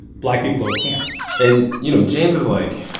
black people don't camp and, you know, james is like,